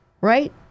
right